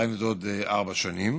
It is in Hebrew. זה עוד ארבע שנים.